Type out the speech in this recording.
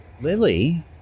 Lily